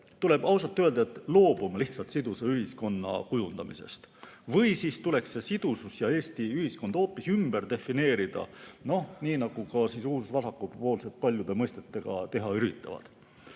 tuleb ausalt öelda, et me lihtsalt loobume sidusa ühiskonna kujundamisest, või siis tuleks see sidusus Eesti ühiskonnas hoopis ümber defineerida. Nii nagu uusvasakpoolsed paljude mõistetega teha üritavad.